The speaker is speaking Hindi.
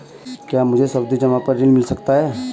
क्या मुझे सावधि जमा पर ऋण मिल सकता है?